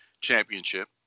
championship